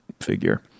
figure